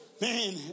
Man